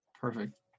Perfect